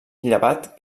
llevat